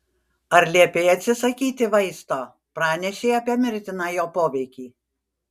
ar liepei atsisakyti vaisto pranešei apie mirtiną jo poveikį